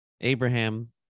Abraham